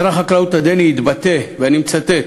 שר החקלאות הדני התבטא, ואני מצטט: